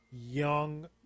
young